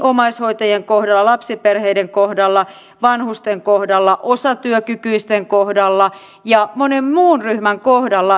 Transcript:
tämä uudistus kannustaa yrityksiä lähtemään mukaan rohkeasti korkeakouluyhteistyöhön ja monen muun ryhmän kohdalla